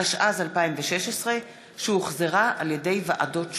התשע"ז 2016, שהוחזרה על-ידי ועדות שונות.